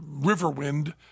Riverwind